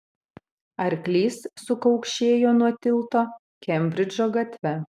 arklys sukaukšėjo nuo tilto kembridžo gatve